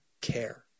care